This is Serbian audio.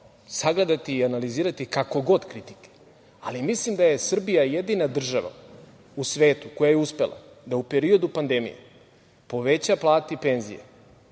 sagledati i analizirati kako god kritike, ali mislim da je Srbija jedina država u svetu koja je uspela da u periodu pandemije poveća plate i penzije,